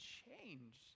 change